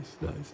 nice